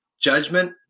judgment